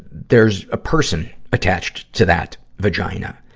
there's a person attached to that vagina.